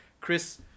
Chris